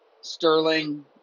Sterling